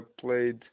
played